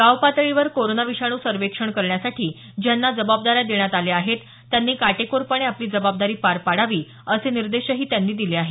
गावपातळीवर कोरोना विषाणू सर्वेक्षण करण्यासाठी ज्यांना जबाबदाऱ्या देण्यात आलेल्या आहेत त्यांनी काटेकोरपणे आपली जबाबदारी पार पाडावी असे निर्देशही त्यांनी दिले आहेत